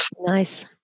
Nice